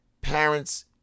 parents